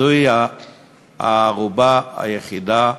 זוהי הערובה היחידה,